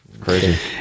crazy